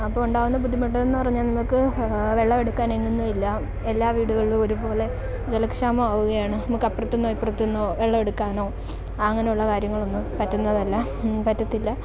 അപ്പം ഉണ്ടാകുന്ന ബുദ്ധിമുട്ട് എന്ന് പറഞ്ഞാൽ നമുക്ക് വെള്ളം എടുക്കാൻ എങ്ങുന്നും ഇല്ല എല്ലാ വീടുകളിലും ഒരുപോലെ ജലക്ഷാമമാവുകയാണ് നമുക്ക് അപ്പുറത്തുനിന്നോ ഇപ്പുറത്തുനിന്നോ വെള്ളം എടുക്കാനോ അങ്ങനെ ഉള്ള കാര്യങ്ങളൊന്നും പറ്റുന്നതല്ല പറ്റത്തില്ല